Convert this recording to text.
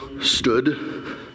stood